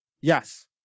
yes